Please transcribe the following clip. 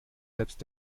selbst